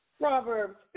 Proverbs